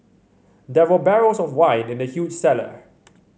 there were barrels of wine in the huge cellar